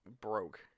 broke